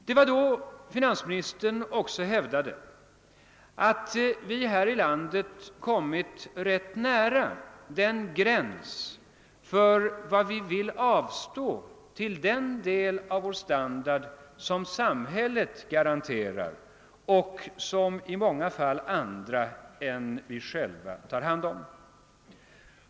Det var då finansministern hävdade, att vi här i landet hade kommit rätt nära gränsen för vad vi ville avstå till den del av vår standard, som samhället garanterar och som i många fall andra än vi själva tar hand om.